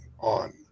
on